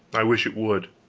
i wish it would.